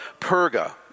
Perga